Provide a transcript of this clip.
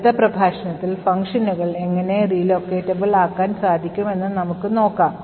അടുത്ത പ്രഭാഷണത്തിൽ ഫംഗ്ഷനുകൾ എങ്ങനെ relocatable ആക്കാൻ സാധിക്കും എന്ന് നോക്കാം